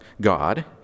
God